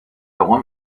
want